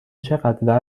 چقدر